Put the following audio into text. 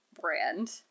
brand